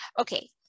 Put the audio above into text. Okay